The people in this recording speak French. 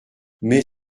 mais